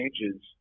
changes